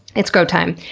it's go time.